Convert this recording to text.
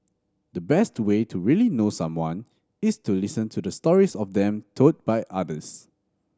the best way to really know someone is to listen to the stories of them told by others